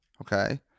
okay